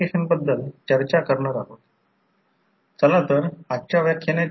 म्हणून ते 300 असेल कारण ते प्रायमरी साईड आहे जेथे 4500 व्होल्ट आहे